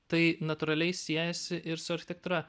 tai natūraliai siejasi ir su architektūra